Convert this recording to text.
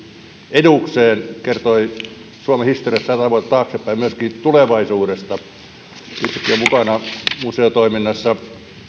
edukseen kertoi suomen historiasta sata vuotta taaksepäin myöskin tulevaisuudesta itsekin olen mukana museotoiminnassa